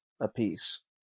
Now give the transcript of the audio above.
apiece